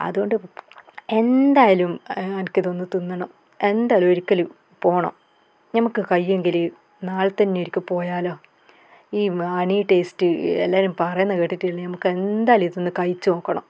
അതുകൊണ്ട് എന്തായാലും എനിക്കിതൊന്ന് തിന്നണം എന്തായാലും ഒരിക്കൽ പോകണം ഞമുക്ക് കഴിയുമെങ്കിൽ നാളെ തന്നെ ഇവിടേക്ക് പോയാലോ ഈ ഹണി ടേസ്റ്റ് എല്ലാവരും പറയുന്നത് കേട്ടിട്ട് തന്നെ നമുക്ക് എന്തായാലും ഇതൊന്നു കഴിച്ചു നോക്കണം